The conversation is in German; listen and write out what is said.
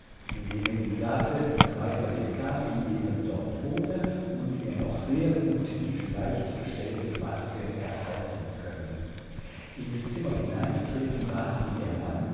indem er ihm sagte daß meister bescapi eben dort wohne und er noch sehr gut die vielleicht bestellte maske erhalten könne ins zimmer hineingetreten bat ihn der mann